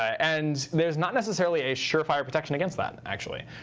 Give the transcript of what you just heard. and there's not necessarily a surefire protection against that, actually.